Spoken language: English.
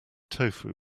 tofu